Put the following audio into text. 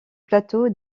plateau